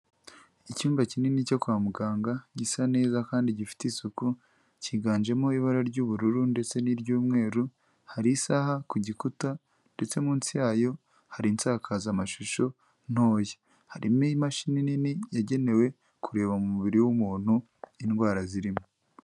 Icyumba kinini cyo kwa muganga gisa neza kandi gifite isuku cyiganjemo ibara ry'ubururu ndetse niry'umweru hari isaha ku gikuta ndetse munsi yayo hari insakazamashusho ntoya harimo imashini nini yagenewe kureba mu mubiri w'umuntu indwara zirimo.